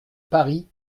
paris